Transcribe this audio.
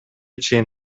чейин